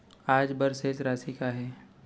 आज बर शेष राशि का हे?